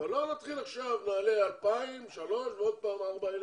אבל לא נעלה עכשיו 2,000, 3,000 ועוד פעם 4,000,